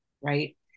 right